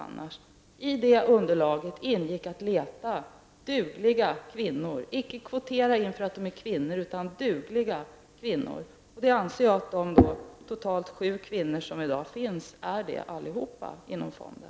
I det underlaget ingick att leta dugliga kvinnor -- icke kvotera in dem för att de är kvinnor utan för att de är dugliga kvinnor. Det anser jag att de totalt sju kvinnor som i dag finns inom arbetslivsfonden är.